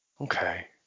Okay